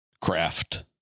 Craft